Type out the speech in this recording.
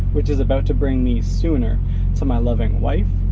which is about to bring me sooner to my loving wife,